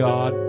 God